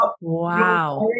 Wow